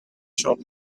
shop